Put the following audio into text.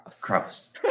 cross